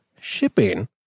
shipping